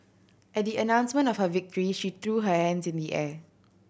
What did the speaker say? at the announcement of her victory she threw her hands in the air